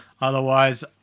Otherwise